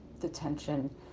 detention